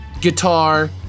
guitar